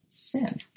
sin